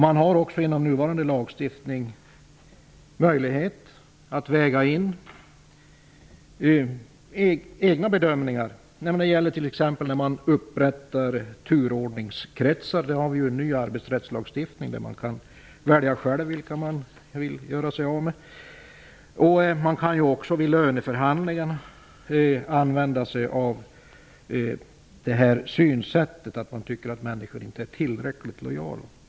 Man har enligt nuvarande lagstiftning möjlighet att väga in egna bedömningar, t.ex. när man upprättar turordningskretsar. Enligt den nya arbetsrättsliga lagstiftningen kan man själv välja vilka man vill göra sig av med. Man kan också vid löneförhandlingar använda sig av detta synsätt, att man tycker att vissa anställda inte är tillräckligt lojala.